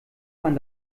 man